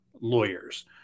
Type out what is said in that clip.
lawyers